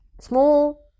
Small